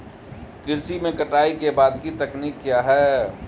कृषि में कटाई के बाद की तकनीक क्या है?